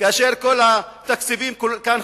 כאשר כל התקציבים כאן,